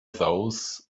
those